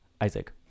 isaac